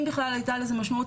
אם בכלל הייתה לזה משמעות,